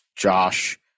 josh